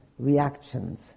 reactions